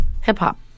Hip-hop